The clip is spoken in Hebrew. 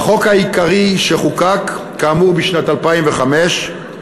בחוק העיקרי, שחוקק כאמור בשנת 2005,